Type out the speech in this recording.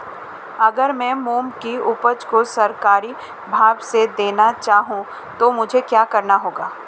अगर मैं मूंग की उपज को सरकारी भाव से देना चाहूँ तो मुझे क्या करना होगा?